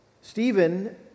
Stephen